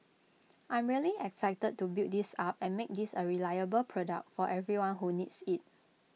I'm really excited to build this up and make this A reliable product for everyone who needs IT